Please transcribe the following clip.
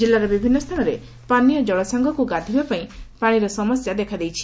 ଜିଲ୍ଲାର ବିଭିନ୍ନ ସ୍ଥାନରେ ପାୀୟ ଜଳ ସାଙ୍ଗକୁ ଗାଧୋଇବା ପାଇଁ ପାଣିର ସମସ୍ୟା ଦେଖାଦେଇଛି